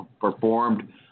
performed